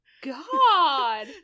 God